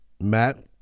Matt